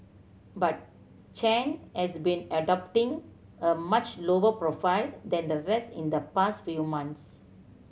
but Chen has been adopting a much lower profile than the rest in the past few months